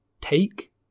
take